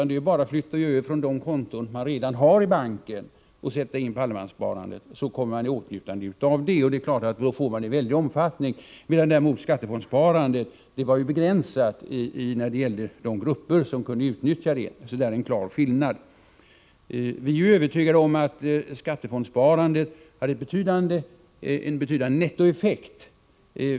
Det är bara att flytta över pengar från de konton man redan har i banken, så kommer man i åtnjutande av allemanssparandet. Det är klart att det då får en väldig omfattning. Skattefondssparandet däremot var ju begränsat när det gällde de grupper som kunde utnyttja det. Därvidlag är det alltså en klar skillnad. Vi är övertygade om att skattefondssparandet hade en betydande nettoeffekt.